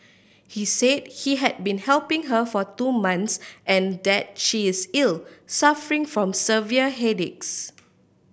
he said he had been helping her for two months and that she is ill suffering from severe headaches